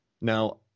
now